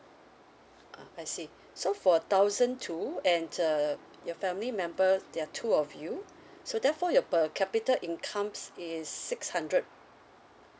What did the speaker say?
ah I see so for thousand two and err your family members there are two of you so therefore your per capita income is six hundred